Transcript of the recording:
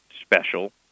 special